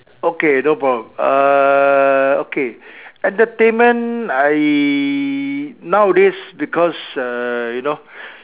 okay no problem uh okay entertainment I nowadays because err you know